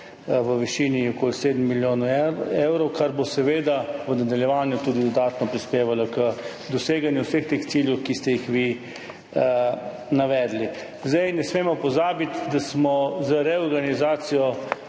v višini okoli 7 milijonov evrov, kar bo seveda v nadaljevanju tudi dodatno prispevalo k doseganju vseh teh ciljev, ki ste jih vi navedli. Ne smemo pozabiti, da smo z reorganizacijo